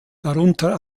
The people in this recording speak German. darunter